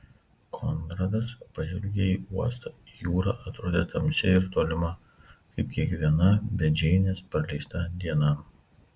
konradas pažvelgė į uostą jūra atrodė tamsi ir tolima kaip kiekviena be džeinės praleista diena